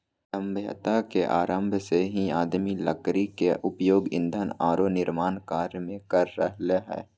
सभ्यता के आरंभ से ही आदमी लकड़ी के उपयोग ईंधन आरो निर्माण कार्य में कर रहले हें